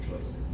choices